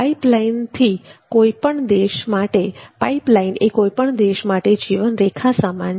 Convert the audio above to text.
પાઇપલાઇનથી કોઈપણ દેશ માટે જીવન રેખા સમાન છે